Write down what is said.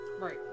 Right